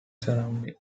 surrounding